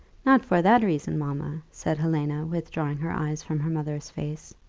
not for that reason, mamma, said helena, withdrawing her eyes from her mother's face.